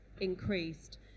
increased